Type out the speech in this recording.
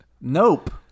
Nope